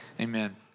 amen